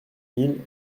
mille